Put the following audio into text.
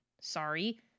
Sorry